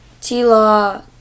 T-Law